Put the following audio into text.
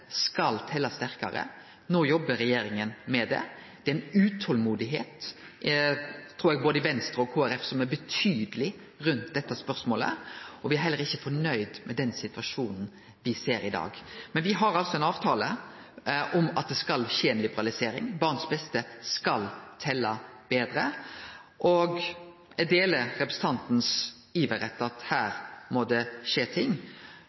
skal telje sterkare. No jobbar regjeringa med det. Det er eit betydeleg utolmod, trur eg, både i Venstre og Kristeleg Folkeparti rundt dette spørsmålet, og me er heller ikkje fornøgde med situasjonen me ser i dag. Me har altså ein avtale om at det skal skje ei liberalisering. Barns beste skal telje meir, og eg deler representantens iver etter at det her må skje ting.